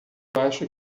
acho